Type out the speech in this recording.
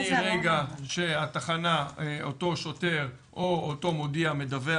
מרגע שבתחנה אותו שוטר או אותו מודיע מדווח